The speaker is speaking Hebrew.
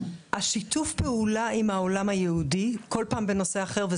שיתוף הפעולה עם העולם היהודי כל פעם בנושא אחר אני חושבת